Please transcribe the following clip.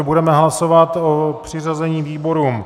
Budeme hlasovat o přiřazení výborům.